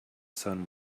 sun